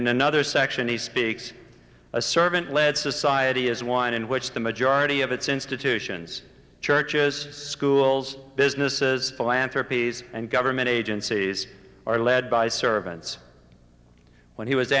another section he speaks a servant led society is one in which the majority of its institutions churches schools businesses philanthropies and government agencies are led by servants when he was